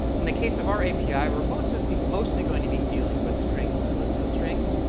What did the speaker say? in the case of our api, we're mostly mostly going to be dealing with strings and lists of strings,